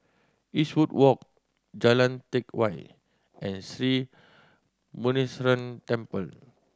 Eastwood Walk Jalan Teck Whye and Sri Muneeswaran Temple